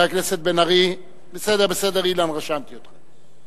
בסדר, אילן, רשמתי אותך.